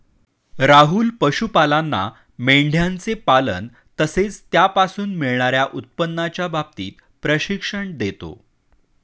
राहुल पशुपालांना मेंढयांचे पालन तसेच त्यापासून मिळणार्या उत्पन्नाच्या बाबतीत प्रशिक्षण देतो